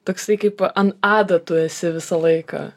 toksai kaip ant adatų esi visą laiką